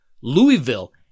Louisville